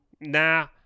nah